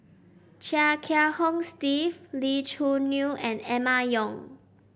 Chia Kiah Hong Steve Lee Choo Neo and Emma Yong